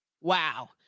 Wow